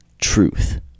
Truth